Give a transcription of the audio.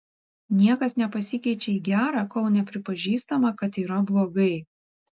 niekas nepasikeičia į gerą kol nepripažįstama kad yra blogai